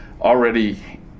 already